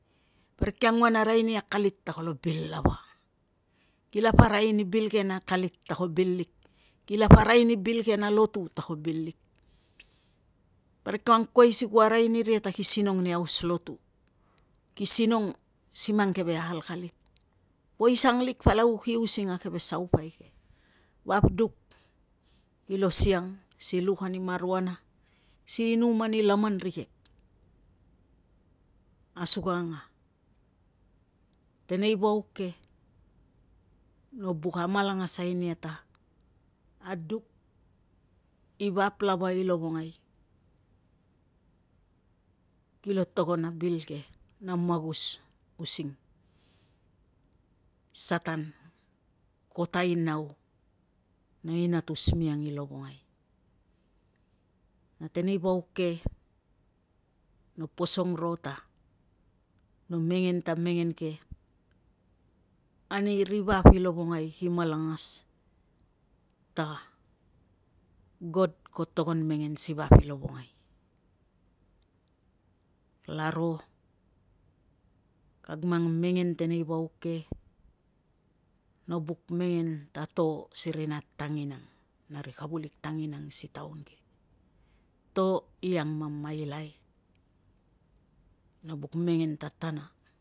Parik ki anguan arai ani akalit ta kolo bil lava, kilapa arai ani bil ke na akalit ta ko bil lik, kilapa arai ni bil ke na lotu ta ko bil lik, parik ku angkuai si ku arai niria ta ki sinong nei aus lotu, si sinong i mang keve akalkalit. Poisan lik palau ki using a keve saupai ke, vap duk kilo siang si luk ani mariuana, si inum ani laman rikek asukang a tenei vauk ke no buk amalangasi nia ta aduk i vap lava i lovongai kilo togon a bil ke na magus using satan ko tainau na inatus miang i lovongai. Na tenei vauk ke no posong ro ta no mengen ta mengen ke ani ri vap i lovongai ki malangas ta god ko togon mengen si vap i lovongai. Kalaro kag mang mengen tenei vauk ke no buk mengen ta to siri nat tanginang na ri kavulik tanginang si taun ke. To i angmamailai no buk mengen tatana.